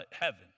heaven